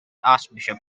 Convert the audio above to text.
archbishop